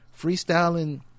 freestyling